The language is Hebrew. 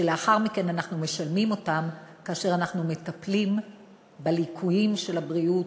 שלאחר מכן אנחנו משלמים כאשר אנחנו מטפלים בליקויים של הבריאות,